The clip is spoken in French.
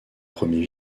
premiers